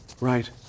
Right